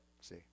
see